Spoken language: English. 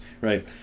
right